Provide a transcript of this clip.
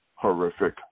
horrific